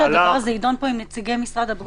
שהדבר הזה יידון פה עם נציגי משרד הבריאות,